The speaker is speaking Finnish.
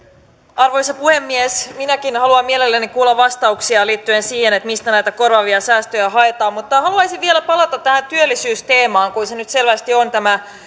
arvoisa puhemies minäkin haluan mielelläni kuulla vastauksia liittyen siihen mistä näitä korvaavia säästöjä haetaan mutta haluaisin vielä palata tähän työllisyysteemaan kun se nyt selvästi on tämä